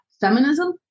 feminism